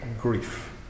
grief